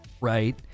Right